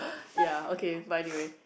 ya okay but anyway